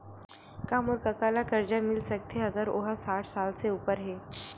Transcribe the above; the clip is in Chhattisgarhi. का मोर कका ला कर्जा मिल सकथे अगर ओ हा साठ साल से उपर हे?